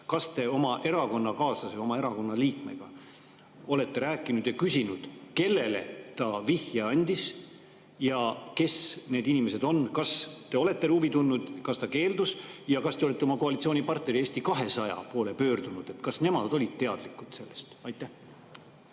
Kas te oma erakonnakaaslase, oma erakonna liikmega olete rääkinud ja küsinud, kellele ta vihje andis, kes need inimesed on? Kas te olete huvi tundnud ja kas ta keeldus? Ja kas te olete oma koalitsioonipartneri Eesti 200 poole pöördunud, kas nemad olid teadlikud sellest? Ma